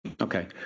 Okay